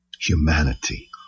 humanity